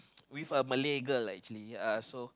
with a Malay girl uh actually so